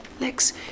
Lex